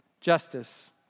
justice